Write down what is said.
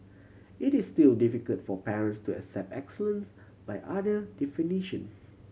it is still difficult for parents to accept excellence by other definition